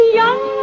young